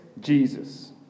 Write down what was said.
Jesus